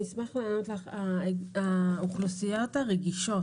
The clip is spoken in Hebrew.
האוכלוסיות הרגישות